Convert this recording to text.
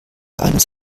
eines